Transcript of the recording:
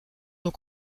nos